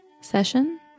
session